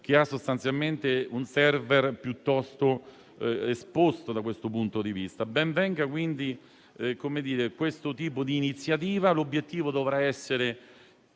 amministrazione ha un *server* piuttosto esposto da questo punto di vista. Ben venga quindi questo tipo di iniziativa. L'obiettivo dovrà essere